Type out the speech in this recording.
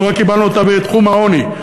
אנחנו רק קיבלנו אותה בתחום העוני.